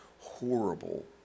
horrible